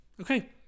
Okay